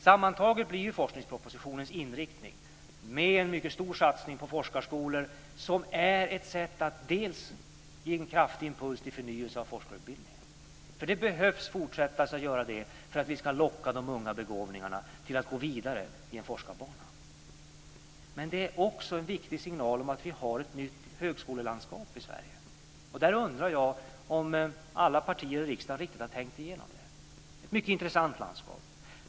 Sammantaget blir forskningspropositionens inriktning med en mycket stor satsning på forskarskolor ett sätt att ge en kraftig impuls till förnyelse av forskarutbildningen. Vi behöver fortsätta att göra det för att vi ska locka de unga begåvningarna att gå vidare i en forskarbana. Det är också en viktig signal om att vi har ett nytt högskolelandskap i Sverige. Det undrar jag om alla partier riktigt har tänkt igenom. Det är ett mycket intressant landskap.